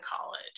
college